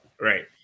Right